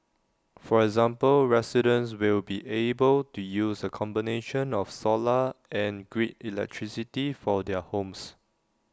for example residents will be able to use A combination of solar and grid electricity for their homes